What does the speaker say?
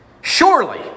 Surely